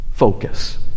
focus